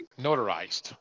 notarized